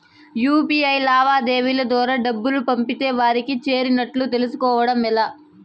UPI లావాదేవీల ద్వారా డబ్బులు పంపితే వారికి చేరినట్టు తెలుస్కోవడం ఎలా?